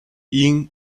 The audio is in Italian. yin